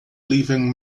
leaving